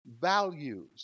values